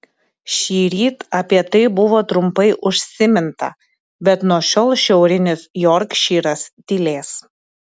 šįryt apie tai buvo trumpai užsiminta bet nuo šiol šiaurinis jorkšyras tylės